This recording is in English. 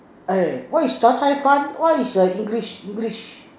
eh what is zha-cai-fan what is a English English